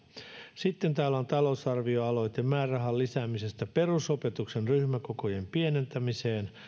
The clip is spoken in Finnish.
sitten täällä on talousarvioaloite määrärahan lisäämisestä perusopetuksen ryhmäkokojen pienentämiseen